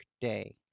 day